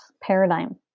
paradigm